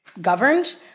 governed